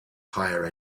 higher